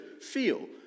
feel